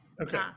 Okay